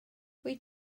wyt